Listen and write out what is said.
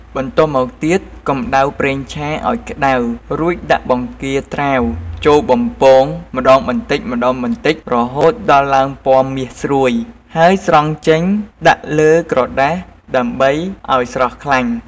បន្ទាប់មកទៀត កំដៅប្រេងឆាឱ្យក្តៅ រួចដាក់បង្គាត្រាវចូលបំពងម្តងបន្តិចៗរហូតដល់ឡើងពណ៌មាសស្រួយ ហើយស្រង់ចេញដាក់លើក្រដាស ដើម្បីឱ្យស្រស់ខ្លាញ់។